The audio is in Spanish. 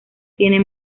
tiene